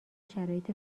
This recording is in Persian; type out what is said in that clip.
شرایط